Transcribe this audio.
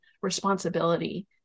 responsibility